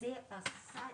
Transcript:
היה לזה המשך.